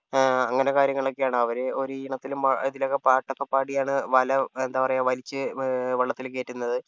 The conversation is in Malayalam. അങ്ങനെ കാര്യങ്ങളൊക്കെയാണ് അവർ ഒരു ഈണത്തിലും മ ഇതിലൊക്കെ പാട്ടൊക്കെ പാടിയാണ് വല എന്താ പറയുക വലിച്ച് വള്ളത്തിൽ കയറ്റുന്നത്